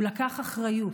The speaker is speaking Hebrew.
הוא לקח אחריות,